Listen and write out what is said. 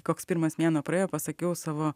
koks pirmas mėnuo praėjo pasakiau savo